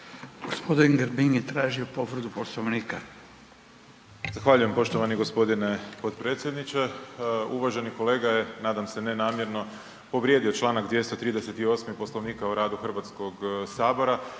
Gospodin Grbin je tražio povredu Poslovnika. **Grbin, Peđa (SDP)** Zahvaljujem poštovani gospodine potpredsjedniče. Uvaženi kolega je, nadam se ne namjerno povrijedio Članak 238. Poslovnika o radu Hrvatskog sabora